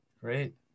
Great